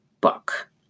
book